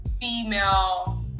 female